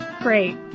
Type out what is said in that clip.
Great